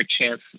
chance